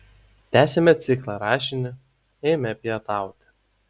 tęsiame ciklą rašinių eime pietauti